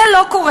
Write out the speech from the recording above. זה לא קורה.